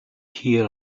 hear